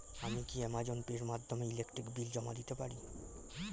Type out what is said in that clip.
আমি কি Amazon Pay এর মাধ্যমে ইলেকট্রিক বিল জমা দিতে পারি?